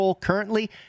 currently